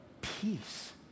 peace